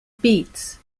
beats